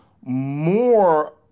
more